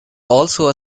also